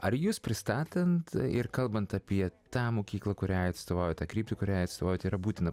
ar jus pristatant ir kalbant apie tą mokyklą kuriai atstovaujat tą kryptį kuriai atstovaujat yra būtina